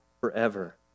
forever